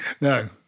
No